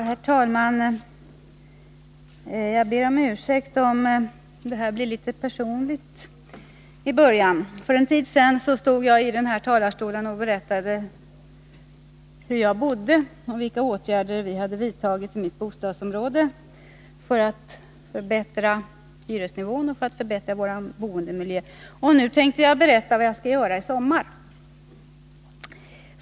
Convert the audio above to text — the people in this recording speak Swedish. Herr talman! Jag ber om ursäkt för att början av detta anförande blir litet personligt. För en tid sedan stod jag i denna talarstol och berättade hur jag bor, vilka åtgärder vi har vidtagit i bostadsområdet för att förbättra hyresnivån och bostadsmiljön. Och nu tänkte jag berätta vad jag skall göra i sommar.